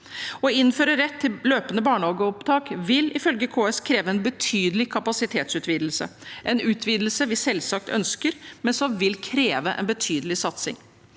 Å innføre rett til løpende barnehageopptak vil ifølge KS kreve en betydelig kapasitetsutvidelse – en utvidelse vi selvsagt ønsker, men som vil kreve en betydelig satsing.